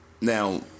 Now